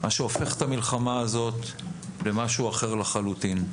מה שהופך את המלחמה הזאת במשהו אחר לחלוטין.